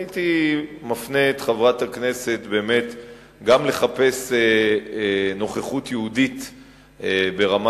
הייתי מפנה את חברת הכנסת גם לחפש נוכחות יהודית ברמת-הגולן,